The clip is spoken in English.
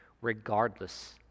regardless